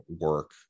work